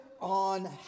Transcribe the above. on